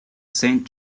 saint